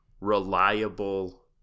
reliable